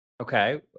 Okay